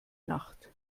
nacht